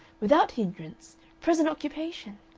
without hindrance present occupation.